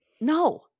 No